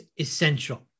essential